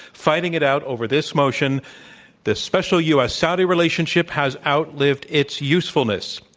fighting it out over this motion the special u. s. saudi relationship has outlived its usefulness.